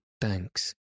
thanks